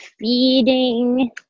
feeding